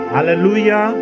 Hallelujah